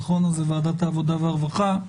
אז זו ועדת העבודה והרווחה,